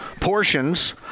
portions